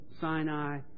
Sinai